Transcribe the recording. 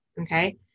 Okay